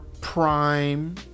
prime